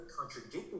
contradicting